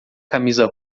camisa